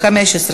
15,